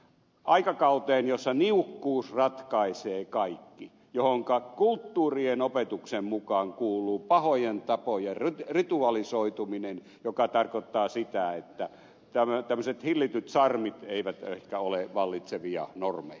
aikakauteen jossa niukkuus ratkaisee kaikki johonka kulttuurien opetuksen mukaan kuuluu pahojen tapojen ritualisoituminen joka tarkoittaa sitä että tämmöiset hillityt charmit eivät ehkä ole vallitsevia normeja